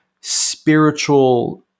spiritual